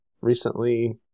recently